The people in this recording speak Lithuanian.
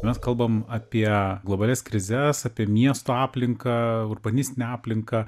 mes kalbam apie globalias krizes apie miesto aplinką urbanistinę aplinką